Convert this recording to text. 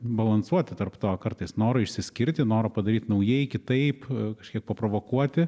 balansuoti tarp to kartais noro išsiskirti noro padaryt naujai kitaip kažkiek paprovokuoti